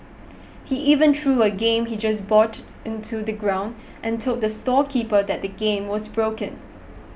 he even threw a game he just bought onto the ground and told the storekeeper that the game was broken